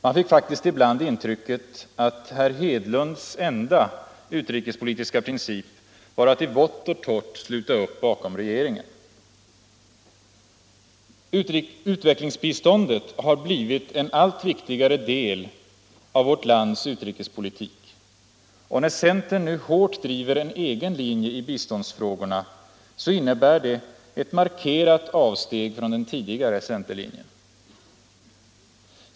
Man fick faktiskt ibland intrycket att herr Hedlunds enda utrikespolitiska princip var att i vått och torrt sluta upp bakom regeringen. Utvecklingsbiståndet har blivit en allt viktigare del av vårt lands utrikespolitik, och när centern nu hårt driver en egen linje i biståndsfrågorna innebär det ett markerat avsteg från den tidigare centerlinjen.